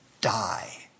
die